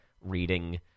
reading